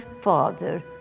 father